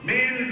Men